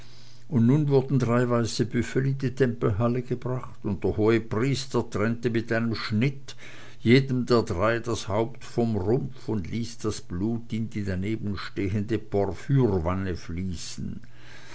und nun wurden drei weiße büffel in die tempelhalle gebracht und der hohepriester trennte mit einem schnitt jedem der drei das haupt vom rumpf und ließ das blut in die daneben stehende porphyrwanne fließen